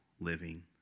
living